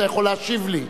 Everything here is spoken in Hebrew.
אתה יכול להשיב לי.